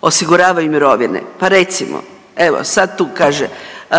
osiguravaju mirovine, pa recimo evo sad tu kaže,